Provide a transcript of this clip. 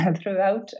throughout